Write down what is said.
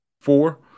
four